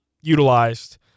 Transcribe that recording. utilized